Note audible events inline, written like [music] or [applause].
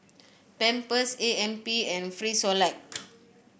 Pampers A M P and Frisolac [noise]